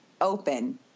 open